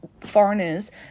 foreigners